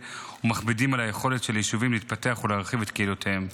ומכבידים על היכולת של היישובים להתפתח ולהרחיב את קהילותיהם.